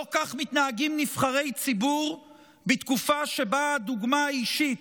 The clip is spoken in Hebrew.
לא כך מתנהגים נבחרי ציבור בתקופה שבה הדוגמה האישית,